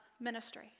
ministry